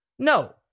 No